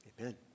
amen